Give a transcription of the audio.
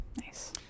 Nice